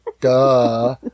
Duh